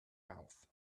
mouth